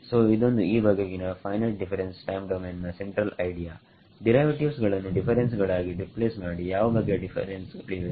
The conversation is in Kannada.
ಸೋ ಇದೊಂದು ಈ ಬಗೆಗಿನ ಫೈನೈಟ್ ಡಿಫರೆನ್ಸ್ ಟೈಮ್ ಡೊಮೈನ್ ನ ಸೆಂಟ್ರಲ್ ಐಡಿಯಾ ಡಿರೈವೇಟಿವ್ಸ್ ಗಳನ್ನು ಡಿಫರೆನ್ಸ್ ಗಳಾಗಿ ರಿಪ್ಲೇಸ್ ಮಾಡಿ ಯಾವ ಬಗೆಯ ಡಿಫರೆನ್ಸ್ ಗಳಿವೆ